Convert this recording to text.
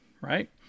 right